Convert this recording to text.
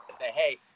Hey